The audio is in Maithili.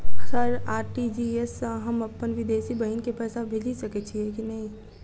सर आर.टी.जी.एस सँ हम अप्पन विदेशी बहिन केँ पैसा भेजि सकै छियै की नै?